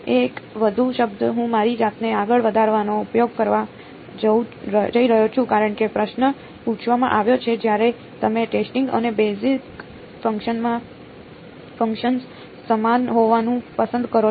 એક વધુ શબ્દ હું મારી જાતને આગળ વધારવાનો ઉપયોગ કરવા જઈ રહ્યો છું કારણ કે પ્રશ્ન પૂછવામાં આવ્યો છે જ્યારે તમે ટેસ્ટિંગ અને બેઝિક ફંક્શન્સ સમાન હોવાનું પસંદ કરો છો